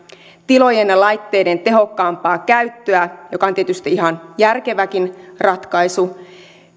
tilojen ja laitteiden tehokkaampaa käyttöä joka on tietysti ihan järkeväkin ratkaisu